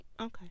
okay